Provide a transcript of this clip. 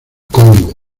congo